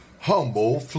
Humble